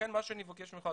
לכן מה שאני מבקש ממך,